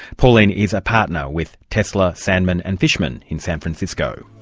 pauline is a partner with tesler, sandman and fishman in san francisco.